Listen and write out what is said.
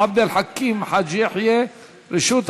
חבר הכנסת מנחם אליעזר מוזס, אינו נוכח.